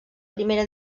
primera